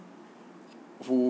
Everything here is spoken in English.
who